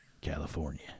California